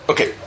Okay